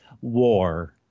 war